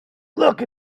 look